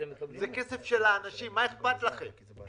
זה כסף של האנשים, מה אכפת לכם.